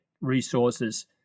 resources